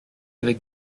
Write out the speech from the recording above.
avec